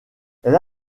elle